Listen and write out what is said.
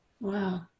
wow